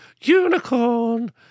unicorn